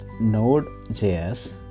Node.js